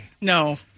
No